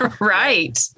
right